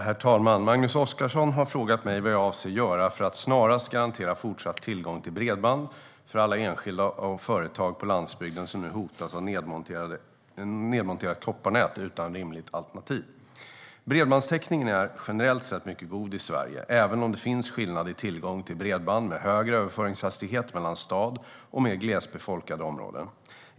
Herr talman! Magnus Oscarsson har frågat mig vad jag avser att göra för att snarast garantera fortsatt tillgång till bredband för alla enskilda och företag på landsbygden som nu hotas av nedmonterat kopparnät utan rimligt alternativ. Bredbandstäckningen är generellt sett mycket god i Sverige, även om det finns skillnad i tillgång till bredband med högre överföringshastighet mellan stad och mer glesbefolkade områden.